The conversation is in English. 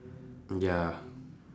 ya